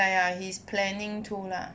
uh ya he's planning to lah